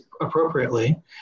appropriately